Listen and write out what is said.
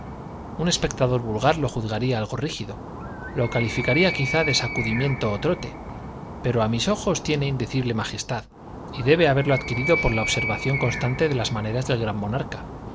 un espectador vulgar lo juzgaría algo rígido lo calificaría quizá de sacudimiento o trote pero a mis ojos tiene indecible majestad y debe haberlo adquirido por la observación constante de las maneras del gran monarca